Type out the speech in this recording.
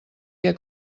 què